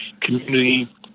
community